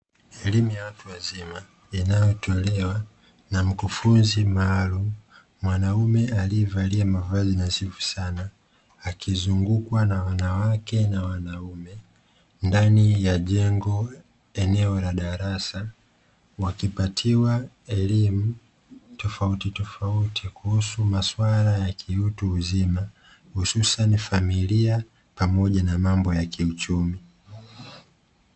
Elimu ya watu wazima inayotolea na mkufuzi maalum mwanaume aliyevalia mavazi nadhifu sana, akizungukwa na wanawake na wanaume ndani ya jengo eneo la darasa wakipatiwa elimu tofautitofauti kuhusu maswala ya kiutu uzima hususani familia pamoja na mambo ya kiuchumi.